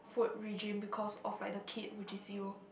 food regime because of by the kids which is you